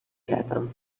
کردهام